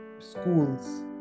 schools